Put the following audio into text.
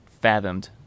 fathomed